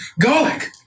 garlic